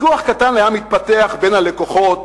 ויכוח קטן היה מתפתח בין הלקוחות